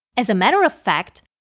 as a matter of fact,